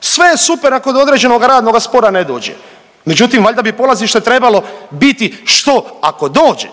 Sve je super ako do određenog radnoga spora ne dođe. Međutim, valjda bi polazište trebalo biti što ako dođe?